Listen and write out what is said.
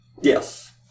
Yes